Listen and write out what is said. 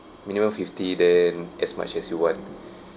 minimum fifty then as much as you want